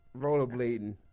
rollerblading